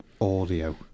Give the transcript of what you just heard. Audio